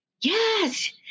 Yes